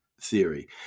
theory